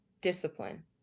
discipline